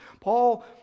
Paul